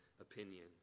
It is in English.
opinion